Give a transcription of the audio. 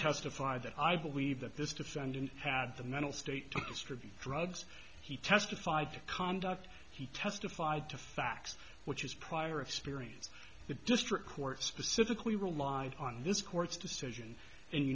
testified that i believe that this defendant had the mental state to distribute drugs he testified to conduct he testified to facts which is prior experience the district court specifically relied on in this court's decision in